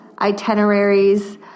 itineraries